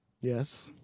Yes